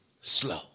slow